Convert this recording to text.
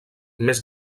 més